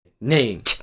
Name